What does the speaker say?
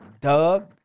Doug